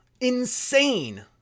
Insane